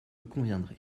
conviendrait